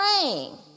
praying